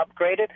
upgraded